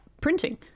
printing